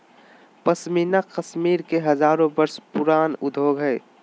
पश्मीना कश्मीर के हजारो वर्ष पुराण उद्योग हइ